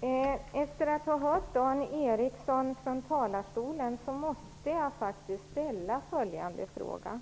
Herr talman! Efter att ha hört Dan Ericsson tala från talarstolen måste jag faktiskt ställa följande fråga: